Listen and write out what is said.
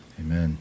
amen